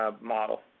model